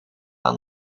aan